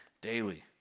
daily